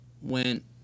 went